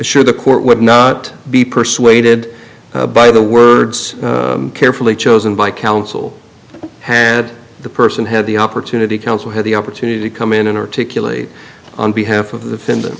sure the court would not be persuaded by the words carefully chosen by counsel had the person had the opportunity counsel had the opportunity to come in and articulate on behalf of the fin the